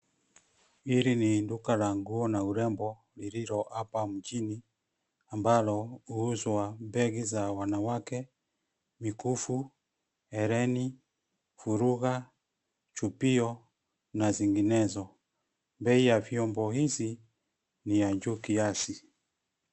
Hili ni duka la nguo na urembo , lililo hapa mjini ambalo huuzwa begi za wanawake, mikufu , hereni, furuga , chupio na zinginezo. Bei ya vyombo hizi ni ya juu kiasi.